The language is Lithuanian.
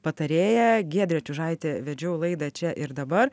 patarėja giedrė čiužaitė vedžiau laidą čia ir dabar